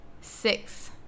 six